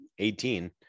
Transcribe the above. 18